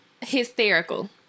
hysterical